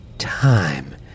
Time